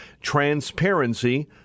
transparency